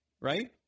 Right